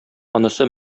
анысы